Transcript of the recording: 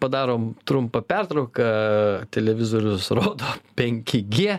padarom trumpą pertrauką televizorius rodo penki gie